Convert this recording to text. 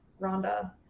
rhonda